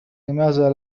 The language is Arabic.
لماذا